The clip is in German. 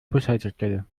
bushaltestelle